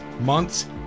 months